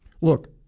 Look